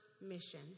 mission